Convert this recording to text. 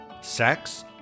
Sex